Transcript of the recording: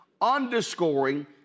underscoring